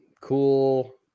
cool